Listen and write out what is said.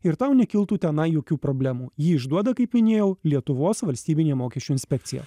ir tau nekiltų tenai jokių problemų jį išduoda kaip minėjau lietuvos valstybinė mokesčių inspekcija